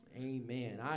Amen